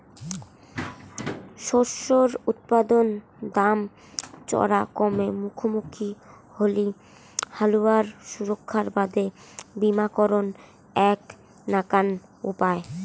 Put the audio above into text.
শস্যের উৎপাদন দাম চরা কমের মুখামুখি হলি হালুয়ার সুরক্ষার বাদে বীমাকরণ এ্যাক নাকান উপায়